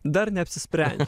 dar neapsisprendžiau